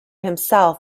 himself